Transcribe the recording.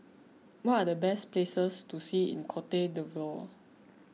what are the best places to see in Cote D'Ivoire